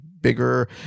bigger